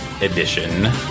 Edition